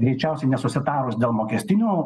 greičiausiai nesusitarus dėl mokestinių